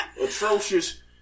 atrocious